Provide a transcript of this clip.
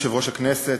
אדוני יושב-ראש הכנסת,